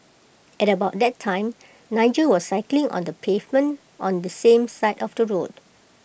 at about that time Nigel was cycling on the pavement on the same side of the road